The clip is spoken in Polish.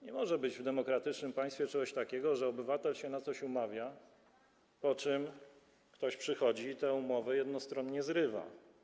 Nie może być w demokratycznym państwie czegoś takiego, że obywatel się na coś umawia, po czym ktoś przychodzi i tę umowę jednostronnie zrywa.